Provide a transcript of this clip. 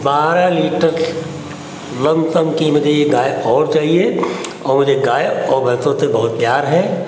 बारह litre lump sum की मुझे एक गाय और चाहिए और मुझे गाय और भैंसो से बहुत प्यार है